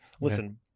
Listen